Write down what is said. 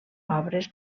obres